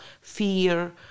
fear